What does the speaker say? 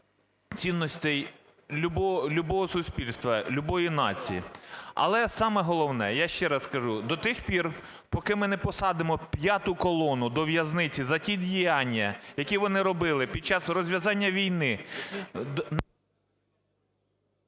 цінностей любого суспільства, любої нації. Але саме головне, я ще раз кажу, до тих пір, поки ми не посадимо п'яту колону до в'язниці за ті діяння, які вони робили під час розв'язання війни…